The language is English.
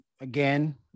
again